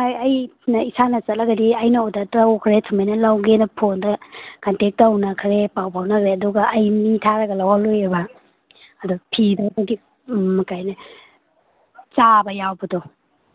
ꯑꯩꯅ ꯏꯁꯥꯅ ꯆꯠꯂꯒꯗꯤ ꯑꯩꯟ ꯑꯣꯗꯔ ꯇꯧꯈ꯭ꯔꯦ ꯁꯨꯃꯥꯏꯅ ꯂꯧꯒꯦꯅ ꯐꯣꯟꯗ ꯀꯟꯇꯦꯛ ꯇꯧꯅꯈ꯭ꯔꯦ ꯄꯥꯎ ꯐꯥꯎꯅꯔꯦ ꯑꯗꯨꯒ ꯑꯩ ꯃꯤ ꯊꯥꯔꯒ ꯂꯧꯍꯜꯂꯨꯏꯌꯦꯕ ꯑꯗꯨ ꯐꯤꯗꯨ ꯀꯔꯤ ꯍꯥꯏꯅꯤ ꯆꯥꯕ ꯌꯥꯎꯕꯗꯣ